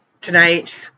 tonight